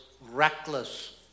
reckless